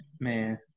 Man